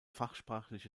fachsprachliche